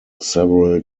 several